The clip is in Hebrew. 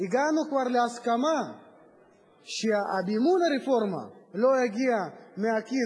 הגענו כבר להסכמה שמימון הרפורמה לא יגיע מהכיס